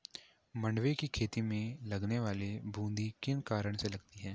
मंडुवे की खेती में लगने वाली बूंदी किन कारणों से लगती है?